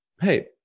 hey